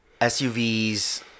SUVs